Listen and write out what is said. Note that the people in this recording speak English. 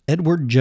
Edward